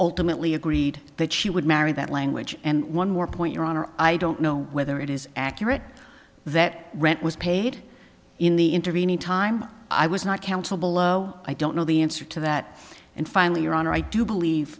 ultimately agreed that she would marry that language and one more point your honor i don't know whether it is accurate that rent was paid in the intervening time i was not counsel below i don't know the answer to that and finally your honor i do believe